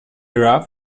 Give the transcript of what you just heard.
rough